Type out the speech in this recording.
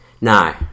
No